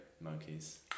monkeys